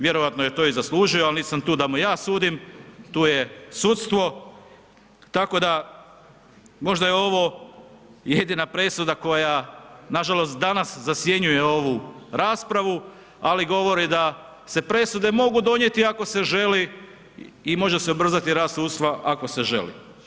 Vjerojatno je to i zaslužio ali nisam tu da mu ja sudim, tu je sudstvo tako da možda je ovo jedina presuda koja nažalost danas zasjenjuje ovu raspravu ali govori da se presude mogu donijeti ako se želi i može se ubrzati rad sudstva ako se želi.